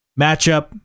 matchup